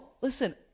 listen